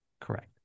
correct